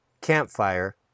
campfire